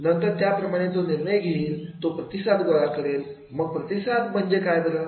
नंतर त्याप्रमाणे तो निर्णय घेईल तो प्रतिसाद गोळा करेल मग प्रतिसाद म्हणजे काय बरं